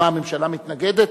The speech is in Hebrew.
מה, הממשלה מתנגדת?